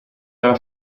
dalla